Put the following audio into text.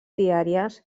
diàries